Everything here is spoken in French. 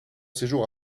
séjour